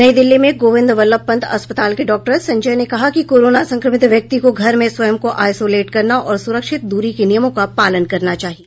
नई दिल्ली में गोविंद बल्लभ पंत अस्पताल के डॉक्टर संजय ने कहा कि कोरोना संक्रमित व्यक्ति को घर मे स्वयं को आइसोलेट करना और सुरिक्षत दूरी के नियमों का पालन करना चाहिए